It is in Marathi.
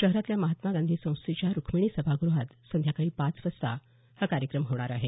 शहरातल्या महात्मा गांधी संस्थेच्या रुक्मिणी सभागृहात सायंकाळी पाच वाजता हा कार्यक्रम होणार आहे